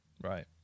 Right